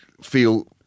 feel